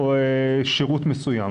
שירות מסוים,